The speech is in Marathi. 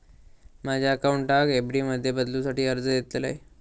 माझ्या अकाउंटाक एफ.डी मध्ये बदलुसाठी अर्ज देतलय